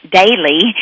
daily